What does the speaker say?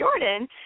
Jordan